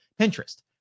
Pinterest